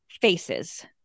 faces